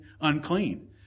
unclean